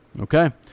Okay